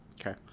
Okay